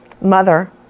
Mother